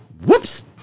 Whoops